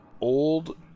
Old